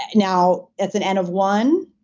now, that's an n of one,